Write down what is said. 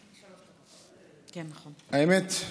האמת,